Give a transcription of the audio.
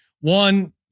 one